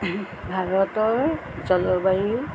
ভাৰতৰ জলবায়ু